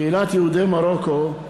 קהילת יהודי מרוקו היא